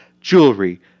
Jewelry